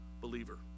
believer